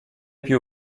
più